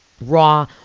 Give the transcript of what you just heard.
raw